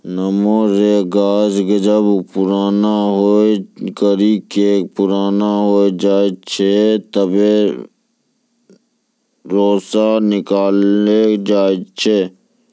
नेमो रो गाछ जब पुराणा होय करि के पुराना हो जाय छै तबै रेशा निकालो जाय छै